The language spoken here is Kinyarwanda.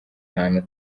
hantu